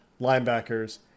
linebackers